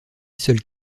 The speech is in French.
seules